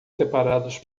separados